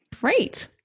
Great